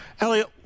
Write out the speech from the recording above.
Elliot